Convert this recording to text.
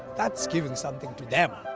that's giving something to them,